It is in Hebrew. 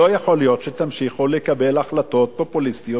לא יכול להיות שתמשיכו לקבל החלטות פופוליסטיות,